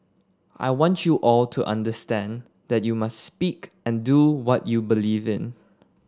I want you all to understand that you must speak and do what you believe in